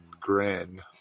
grin